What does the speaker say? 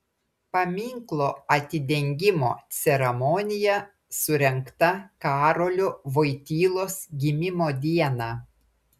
paminklo atidengimo ceremonija surengta karolio voitylos gimimo dieną